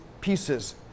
pieces